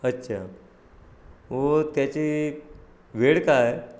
अच्छा व त्याची वेळ काय